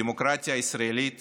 הדמוקרטיה הישראלית